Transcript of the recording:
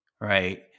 right